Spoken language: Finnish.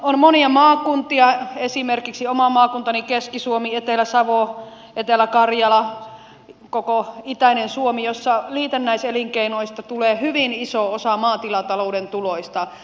on monia maakuntia esimerkiksi oma maakuntani keski suomi etelä savo etelä karjala koko itäinen suomi missä liitännäiselinkeinoista tulee hyvin iso osa maatilatalouden tuloista